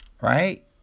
Right